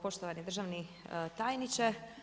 Poštovani državni tajniče.